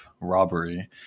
robbery